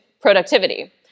productivity